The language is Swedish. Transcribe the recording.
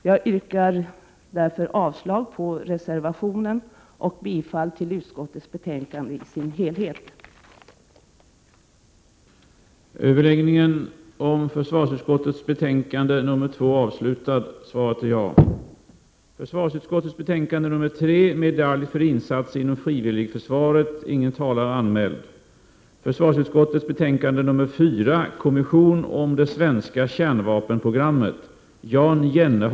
Jag yrkar avslag på reservationen och bifall till utskottets hemställan i dess helhet. Kammaren övergick därför till att debattera försvarsutskottets betänkande 4 om kommission om det svenska kärnvapenprogrammet.